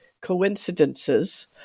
coincidences